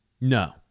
No